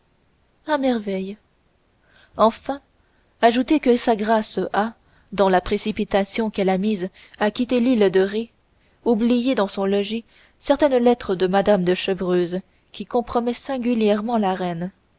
à merveille enfin ajoutez que sa grâce dans la précipitation qu'elle a mise à quitter l'île de ré oublia dans son logis certaine lettre de mme de chevreuse qui compromet singulièrement la reine